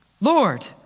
Lord